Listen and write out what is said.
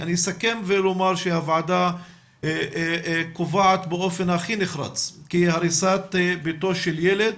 אסכם ואומר שהוועדה קובעת באופן הכי נחרץ כי הריסת ביתו של ילד